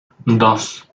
dos